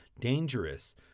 dangerous